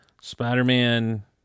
Spider-Man